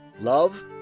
love